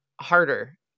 harder